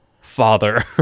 father